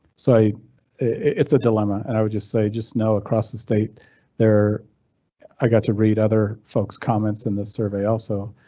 it's a dilemma and i would just say just know across the state there i got to read other folks comments in this survey also.